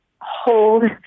hold